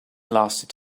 lasted